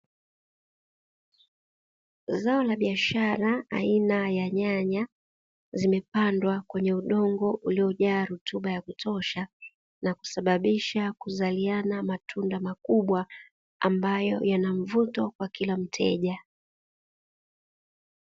Zao la biashara aina ya nyanya zimepandwa kwenye udongo, uliyojaa rutuba ya kutosha na kusababisha kuzaliana matunda makubwa ambayo yana mvuto kwa kila mteja.